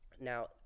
Now